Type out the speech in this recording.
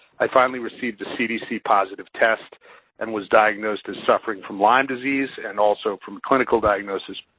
i finally received the cdc positive test and was diagnosed as suffering from lyme disease and also from clinical diagnoses